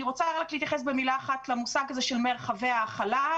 אני רוצה להתייחס למושג "מרחבי ההכלה".